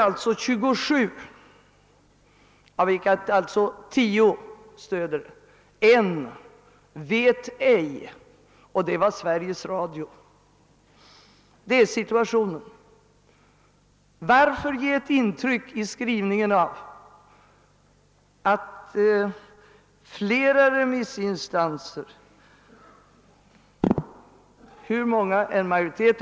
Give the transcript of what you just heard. En vet ej — och det var Sveriges Radio. Det är situationen. Varför i skrivningen ge ett intryck av att endast flera remissinstanser har stött kommitténs förslag?